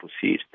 proceed